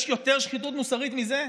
יש יותר שחיתות מוסרית מזה?